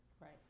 Right